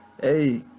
hey